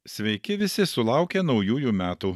sveiki visi sulaukę naujųjų metų